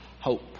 hope